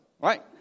right